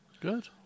Good